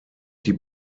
die